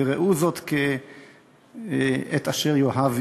וראו זאת כ"את אשר יאהב,